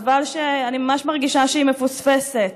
אני ממש מרגישה שהיא מפוספסת.